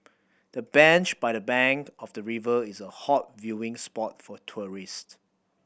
the bench by the bank of the river is a hot viewing spot for tourist